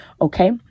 okay